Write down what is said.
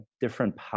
different